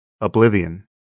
oblivion